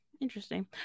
Interesting